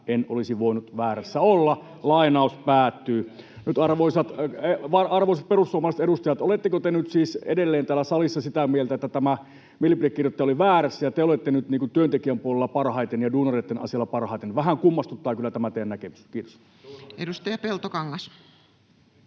palkka nousee veroalen myötä!] Arvoisat perussuomalaiset edustajat, oletteko te nyt siis edelleen täällä salissa sitä mieltä, että tämä mielipidekirjoittaja oli väärässä ja te olette nyt työntekijän puolella parhaiten ja duunareitten asialla parhaiten? Vähän kummastuttaa kyllä tämä teidän näkemyksenne. — Kiitos. Edustaja Peltokangas.